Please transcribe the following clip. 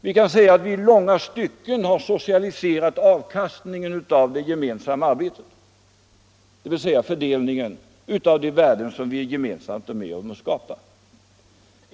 Vi kan säga att vi i långa stycken har socialiserat avkastningen av det gemensamma arbetet, dvs. fördelningen av de värden som vi gemensamt skapar.